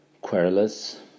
querulous